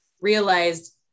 realized